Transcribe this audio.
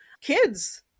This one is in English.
Kids